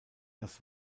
das